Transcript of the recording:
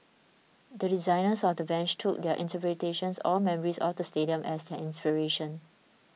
the designers of the bench took their interpretations or memories of the stadium as their inspiration